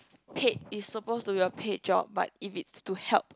paid is supposed to be a paid job but if it's to help